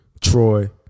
Troy